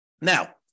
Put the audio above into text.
Now